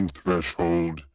threshold